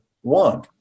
one